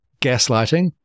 gaslighting